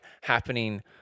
happening